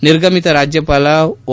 ನಿರ್ಗಮಿತ ರಾಜ್ಯಪಾಲ ಓ